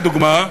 לדוגמה,